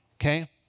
okay